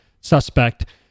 Suspect